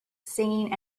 singing